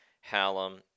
Hallam